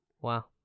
Wow